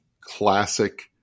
classic